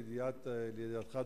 לידיעתך,